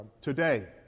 today